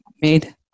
made